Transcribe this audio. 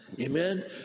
amen